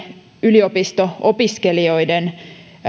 yliopisto opiskelijoiden